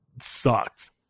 sucked